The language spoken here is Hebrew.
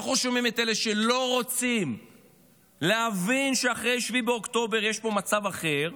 אנחנו שומעים את אלה שלא רוצים להבין שאחרי 7 באוקטובר יש פה מצב אחר,